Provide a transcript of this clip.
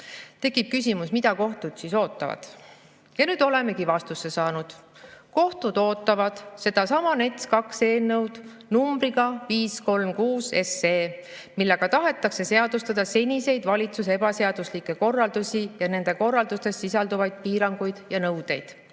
Tekib küsimus, mida kohtud siis ootavad. Ja nüüd olemegi vastuse saanud. Kohtud ootavad sedasama NETS-2 eelnõu numbriga 536, millega tahetakse seadustada seniseid valitsuse ebaseaduslikke korraldusi ja nendes korraldustes sisalduvaid piiranguid ja nõudeid.